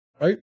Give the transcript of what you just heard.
right